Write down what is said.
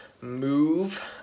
move